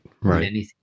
right